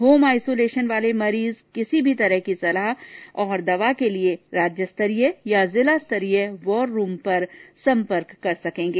home isolation वाले मरीज किसी भी तरह की सलाह और दवा के लिए राज्यस्तरीय या जिला स्तरीय वॉररूम पर सम्पर्क कर सकेंगे